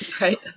right